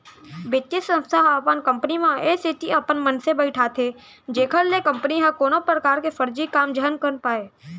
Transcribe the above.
बित्तीय संस्था ह कंपनी म ए सेती अपन मनसे बइठाथे जेखर ले कंपनी ह कोनो परकार के फरजी काम झन कर पाय